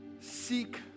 seek